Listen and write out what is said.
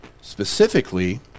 Specifically